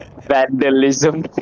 Vandalism